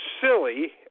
silly